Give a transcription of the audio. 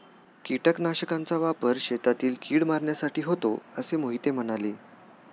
कीटकनाशकांचा वापर शेतातील कीड मारण्यासाठी होतो असे मोहिते म्हणाले